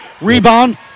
Rebound